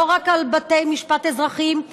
לא רק על בתי משפט אזרחיים,